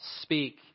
speak